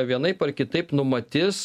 vienaip ar kitaip numatys